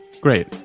Great